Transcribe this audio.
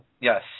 Yes